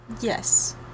Yes